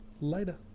later